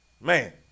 Man